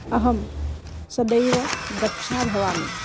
अहं सदैव दक्षा भवामि